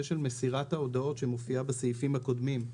של מסירת ההודעות שמופיע בסעיפים הקודמים,